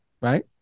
right